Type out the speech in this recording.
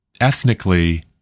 ethnically